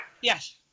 Yes